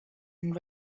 and